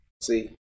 See